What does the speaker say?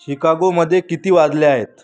शिकागोमध्ये किती वाजले आहेत